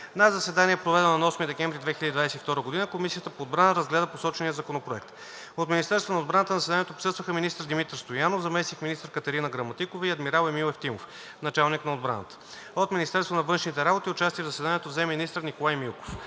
На заседание, проведено на 8 декември 2022 г., Комисията по отбрана разгледа посочения законопроект. От Министерството на отбраната на заседанието присъстваха министър Димитър Стоянов, заместник-министър Катерина Граматикова и адмирал Емил Ефтимов, началник на отбраната. От Министерството на външните работи участие в заседанието взе министър Николай Милков.